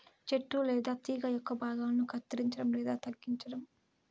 చెట్టు లేదా తీగ యొక్క భాగాలను కత్తిరించడం లేదా తగ్గించటం